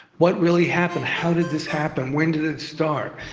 what really happened? how did this happen? when did it start?